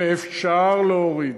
ואפשר להוריד,